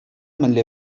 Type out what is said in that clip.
мӗнле